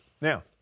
Now